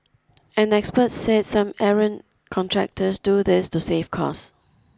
an expert said some errant contractors do this to save costs